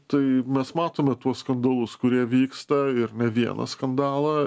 tai mes matome tuos skandalus kurie vyksta ir ne vieną skandalą